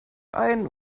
ein